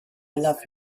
love